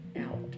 out